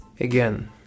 Again